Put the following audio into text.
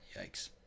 Yikes